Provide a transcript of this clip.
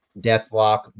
Deathlock